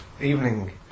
Evening